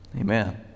Amen